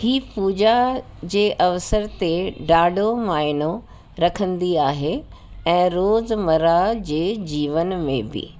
इहा पूजा जे अवसर ते ॾाढो मायनो रखंदी आहे ऐं रोज़मरह जे जीवन में बि